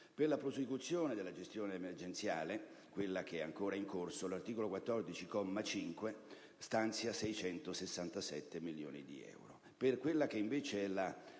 Per la prosecuzione della gestione emergenziale - quella che è ancora in corso - l'articolo 14, comma 5, stanzia 667 milioni di euro.